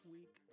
Week